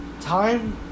Time